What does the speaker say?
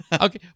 Okay